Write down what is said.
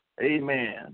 Amen